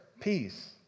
peace